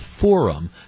forum